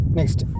Next